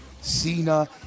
Cena